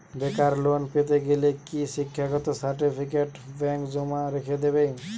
বেকার লোন পেতে গেলে কি শিক্ষাগত সার্টিফিকেট ব্যাঙ্ক জমা রেখে দেবে?